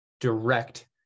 direct